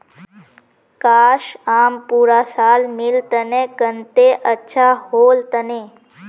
काश, आम पूरा साल मिल तने कत्ते अच्छा होल तने